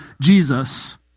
Jesus